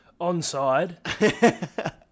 Onside